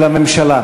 הממשלה: